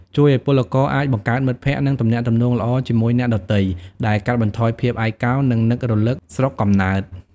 ជួយឱ្យពលករអាចបង្កើតមិត្តភក្តិ និងទំនាក់ទំនងល្អជាមួយអ្នកដទៃ ដែលកាត់បន្ថយភាពឯកោ និងនឹករលឹកស្រុកកំណើត។